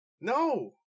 No